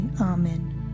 Amen